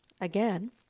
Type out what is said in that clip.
Again